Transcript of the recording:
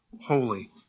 Holy